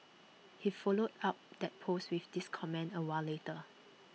he followed up that post with this comment A while later